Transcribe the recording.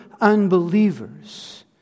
unbelievers